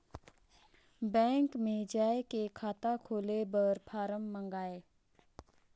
Bank मे जाय के खाता खोले बर फारम मंगाय?